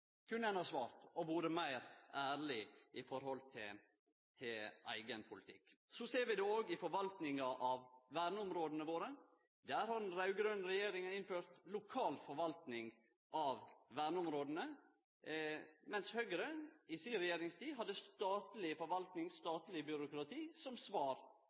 kunne ein ha svart, og vore meir ærleg i forhold til eigen politikk Så ser vi det òg i forvaltinga av verneområda våre. Der har den raud-grøne regjeringa innført lokal forvalting av verneområda, mens Høgre i si regjeringstid hadde statleg byråkratistyrt forvalting som svar